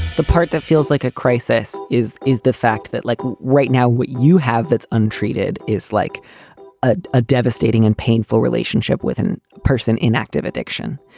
the part that feels like a crisis is, is the fact that like right now what you have that's untreated is like ah a devastating and painful relationship with an person, inactive addiction.